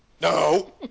No